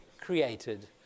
created